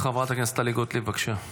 חברת הכנסת טלי גוטליב, בבקשה.